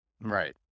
Right